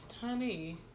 honey